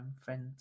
friends